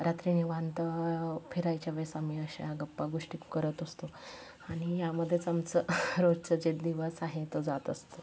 रात्री निवांत फिरायच्या वेळेस आम्ही अशा गप्पागोष्टी करत असतो आणि यामध्येच आमचं रोजचं जे दिवस आहे तो जात असतो